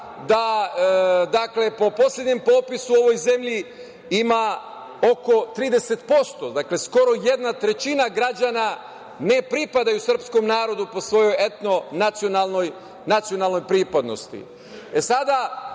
sami da po poslednjem popisu u ovoj zemlji ima oko 30%, skoro jedna trećina građana ne pripadaju srpskom narodu po svojoj etno-nacionalnoj pripadnosti. Ukoliko